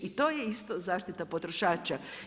I to je isto zaštita potrošača.